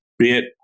bit